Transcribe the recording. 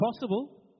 possible